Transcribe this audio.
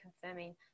confirming